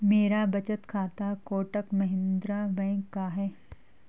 मेरा बचत खाता कोटक महिंद्रा बैंक का है